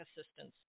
Assistance